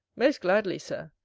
most gladly, sir,